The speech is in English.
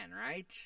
right